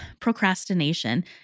procrastination